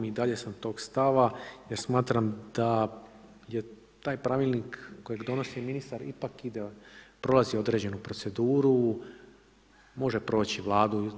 I dalje sam tog stava jer smatram da je taj Pravilnik kojeg donosi ministar ipak prolazi određenu proceduru, može proći Vladu.